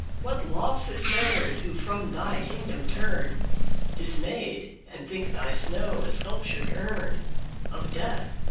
what loss is theirs who from thy kingdom turn dismayed, and think thy snow a sculptured urn of death!